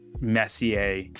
Messier